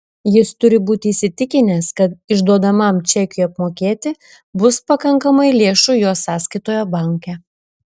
jis turi būti įsitikinęs kad išduodamam čekiui apmokėti bus pakankamai lėšų jo sąskaitoje banke